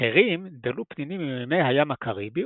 אחרים דלו פנינים ממימי הים הקריבי